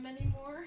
anymore